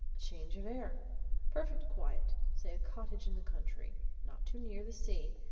change of air perfect quiet say a cottage in the country not too near the sea.